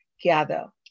gather